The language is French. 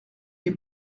est